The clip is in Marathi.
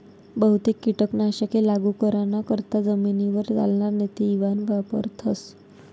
बहुतेक कीटक नाशके लागू कराना करता जमीनवर चालनार नेते इवान वापरथस